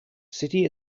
city